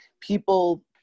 people